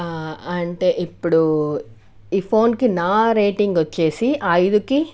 అంటే ఇప్పుడూ ఈ ఫోన్కీ నా రేటింగ్ వచ్చేసీ ఐదుకి